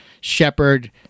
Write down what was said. Shepard